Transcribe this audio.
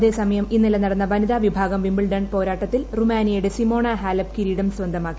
അതേസമയം ഇന്നലെ നടന്ന വനിതാ വിഭാഗം വിംബിൾഡൺ പോരാട്ടത്തിൽ റുമാനിയയുടെ സിമോണ ഹാലപ്പ് കിരീടം സ്വന്തമാ ക്കി